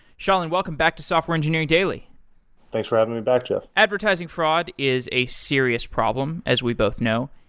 shailin, welcome back to software engineering daily thanks for having me back, jeff. advertising fraud is a serious problem as we both know.